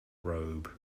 robe